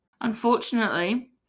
Unfortunately